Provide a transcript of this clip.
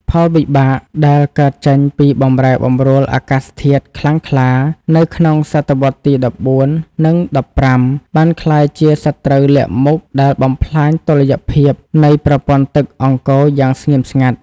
ផលវិបាកដែលកើតចេញពីបម្រែបម្រួលអាកាសធាតុខ្លាំងក្លានៅក្នុងសតវត្សទី ១៤ និង ១៥ បានក្លាយជាសត្រូវលាក់មុខដែលបំផ្លាញតុល្យភាពនៃប្រព័ន្ធទឹកអង្គរយ៉ាងស្ងៀមស្ងាត់។